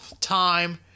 time